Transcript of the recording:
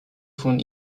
von